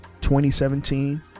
2017